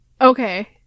Okay